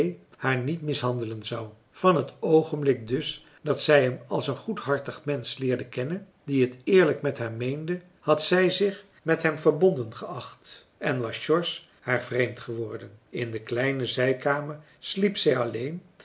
haar niet mishandelen zou van het oogenblik dus dat zij hem als een goedhartig mensch leerde kennen die het eerlijk met haar meende had zij zich met hem verbonden geacht en was george haar vreemd geworden in de kleine zijkamer sliep zij alleen